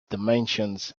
dimensions